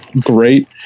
great